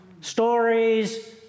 Stories